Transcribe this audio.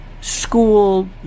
school